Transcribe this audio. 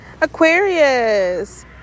aquarius